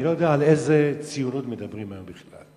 אני לא יודע על איזו ציונות מדברים היום בכלל.